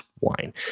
wine